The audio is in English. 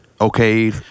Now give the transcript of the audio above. okay